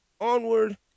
onward